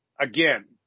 Again